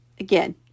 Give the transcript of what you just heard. Again